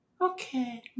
Okay